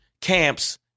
camps